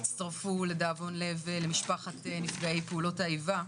שלצערנו הצטרפו לדאבון לב למשפחת נפגע פעולות האיבה.